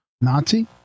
Nazi